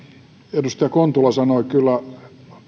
edustaja kontula sanoi kyllä